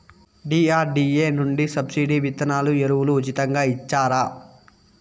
DRDA నుండి subsidy విత్తనాలు ఎరువులు ఉచితంగా ఇచ్చారా?